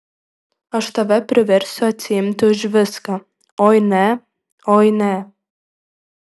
aš tave priversiu atsiimti už viską oi ne oi ne